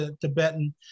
Tibetan